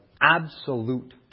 absolute